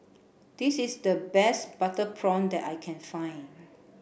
this is the best butter prawn that I can find